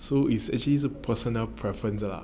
so it's actually is a personal preference lah